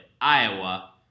Iowa